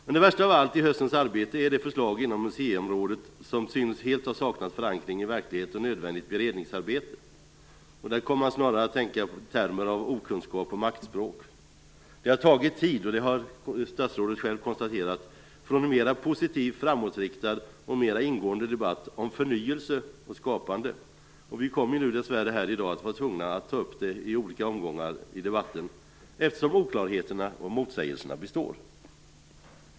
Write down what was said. Det värsta av allt i höstens arbete är det förslag inom museiområdet som synes helt ha saknat förankring i verklighet och nödvändigt beredningsarbete. Där kommer man snarare att tänka i termer av okunskap och maktspråk. Det har tagit tid - det har statsrådet själv konstaterat - från en mer positiv, framåtriktad och mera ingående debatt om förnyelse och skapande. Vi kommer dessvärre i dag att vara tvungna att ta upp detta i olika omgångar i debatten, eftersom oklarheterna och motsägelserna består.